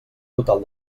total